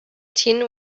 tin